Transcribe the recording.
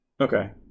Okay